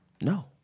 No